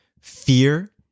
Fear